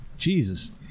Jesus